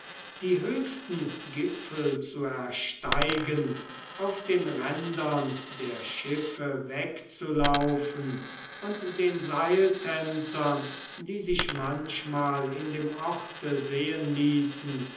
die höchsten gipfel zu ersteigen auf den rändern der schiffe wegzulaufen und den seiltänzern die sich manchmal in dem orte sehen ließen